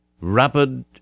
rapid